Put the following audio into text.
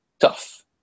tough